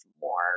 more